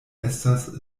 estas